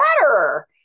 better